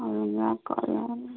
ଅଲ୍ଗା କଲର୍